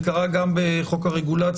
זה קרה גם בחוק הרגולציה.